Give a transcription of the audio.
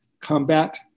combat